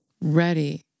ready